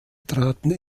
traten